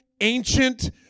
ancient